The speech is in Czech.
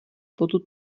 potu